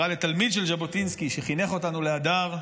לתלמיד של ז'בוטינסקי שחינך אותנו להדר,